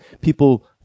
People